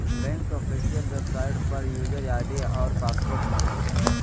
bank के official website पर user ID और पासवर्ड मांगल जा हइ